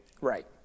right